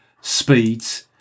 speeds